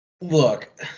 Look